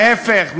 להפך,